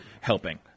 helping